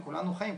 כולנו חיים,